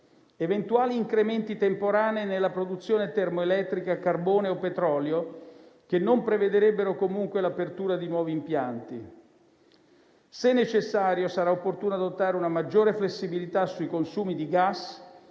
eventuali incrementi temporanei nella produzione termoelettrica a carbone o petrolio, che non prevederebbero comunque l'apertura di nuovi impianti. Se necessario, sarà opportuno adottare una maggiore flessibilità sui consumi di gas,